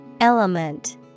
Element